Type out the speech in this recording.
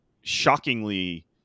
shockingly